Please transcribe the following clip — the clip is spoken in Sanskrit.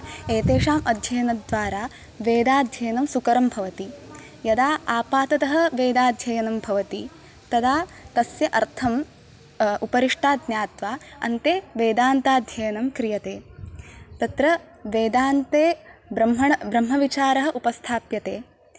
एतेषाम् अध्ययनद्वारा वेदाध्ययनं सुकरं भवति यदा आपाततः वेदाध्ययनं भवति तदा तस्य अर्थं उपरिष्टात् ज्ञात्वा अन्ते वेदान्ताध्ययनं क्रियते तत्र वेदान्ते ब्रह्मण ब्रह्मविचारः उपस्थाप्यते